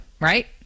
right